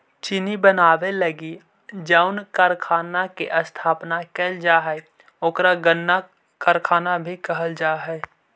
चीनी बनावे लगी जउन कारखाना के स्थापना कैल जा हइ ओकरा गन्ना कारखाना भी कहल जा हइ